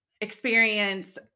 experience